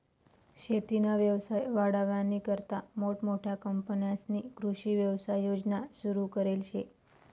शेतीना व्यवसाय वाढावानीकरता मोठमोठ्या कंपन्यांस्नी कृषी व्यवसाय योजना सुरु करेल शे